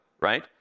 right